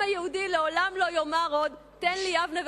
היהודי לעולם לא יאמר עוד: תן לי יבנה וחכמיה,